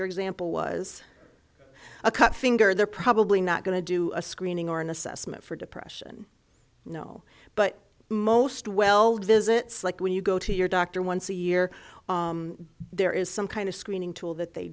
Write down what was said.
your example was a cut finger they're probably not going to do a screening or an assessment for depression no but most well visits like when you go to your doctor once a year there is some kind of screening tool that they